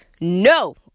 No